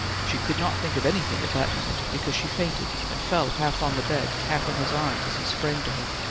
she could not think of anything at that minute, because she fainted, and fell half on the bed, half in his arms as he sprang to her.